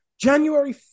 January